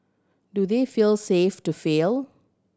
do they feel safe to fail